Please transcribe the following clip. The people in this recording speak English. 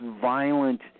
violent